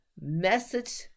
message